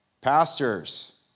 pastors